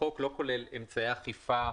החוק לא כולל אמצעי אכיפה,